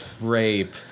Rape